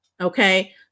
okay